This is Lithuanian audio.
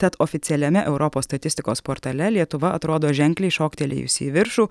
tad oficialiame europos statistikos portale lietuva atrodo ženkliai šoktelėjusi į viršų